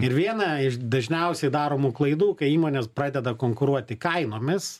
ir viena iš dažniausiai daromų klaidų kai įmonės pradeda konkuruoti kainomis